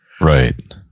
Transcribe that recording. Right